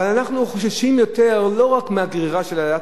אבל אנחנו חוששים יותר לא מהגרירה של עליית